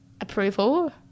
approval